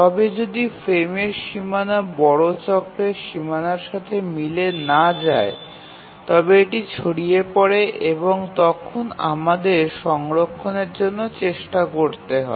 তবে যদি ফ্রেমের সীমানা বড় চক্রের সীমানার সাথে মিলে না যায় তবে এটি ছড়িয়ে পড়ে এবং তখন আমাদের সংরক্ষণের জন্য চেষ্টা করতে হয়